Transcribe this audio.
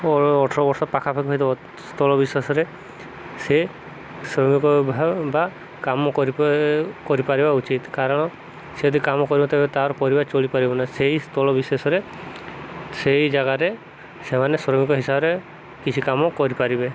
ଅଠର ବର୍ଷ ପାଖାପାଖି ହେଇଥିବା ସ୍ଥଳ ବିଶେଷରେ ସେ ଶ୍ରମିକ ବା କାମ କରି କରିପାରିବା ଉଚିତ କାରଣ ସେ ଯଦି କାମ କରିବନି ତାର ପରିବାର ଚଳିପାରିବନି ସେଇ ସ୍ଥଳ ବିଶେଷରେ ସେଇ ଜାଗାରେ ସେମାନେ ଶ୍ରମିକ ହିସାବରେ କିଛି କାମ କରିପାରିବେ